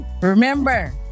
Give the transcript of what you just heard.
Remember